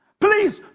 Please